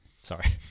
Sorry